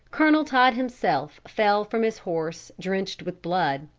colonel todd himself fell from his horse drenched with blood.